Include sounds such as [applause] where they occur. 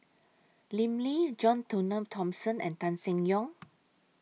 Lim Lee John [unintelligible] Thomson and Tan Seng Yong